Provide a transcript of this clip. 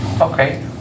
Okay